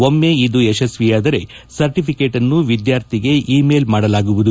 ಒಮ್ನೆ ಇದು ಯಶಸ್ವಿಯಾದರೆ ಸರ್ಟಿಫಿಕೇಟನ್ನು ವಿದ್ಲಾರ್ಥಿ ಇ ಮೇಲ್ ಮಾಡಲಾಗುವುದು